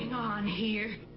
on here?